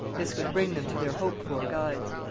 this would bring them to their hoped-for guides.